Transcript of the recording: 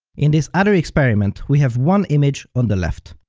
in this other experiment, we have one image on the left.